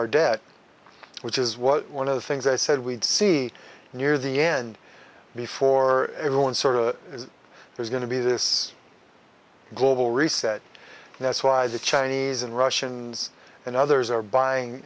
our debt which is what one of the things i said we'd see near the end before everyone sort of there's going to be this global reset and that's why the chinese and russians and others are buying